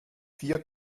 vier